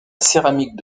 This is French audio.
céramique